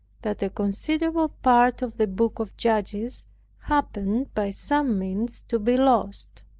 that a considerable part of the book of judges happened by some means to be lost.